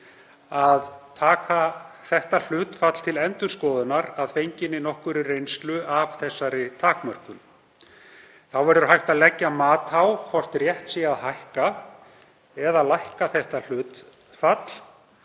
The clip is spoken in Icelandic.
að taka þetta hlutfall til endurskoðunar að fenginni nokkurri reynslu af þessari takmörkun. Þá verði hægt að leggja mat á hvort rétt sé að hækka eða lækka þetta hlutfall